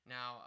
Now